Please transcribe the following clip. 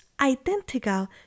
identical